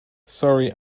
sorry